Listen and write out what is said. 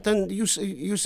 ten jūs jūs